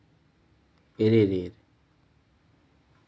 இரு இரு:iru iru